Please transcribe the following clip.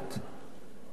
אמרתי, יש לכם?